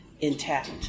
intact